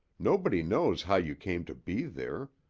nobody knows how you came to be there.